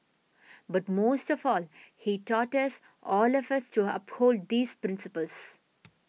but most of all he taught us all of us to uphold these principles